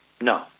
No